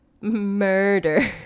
Murder